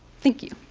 thank you.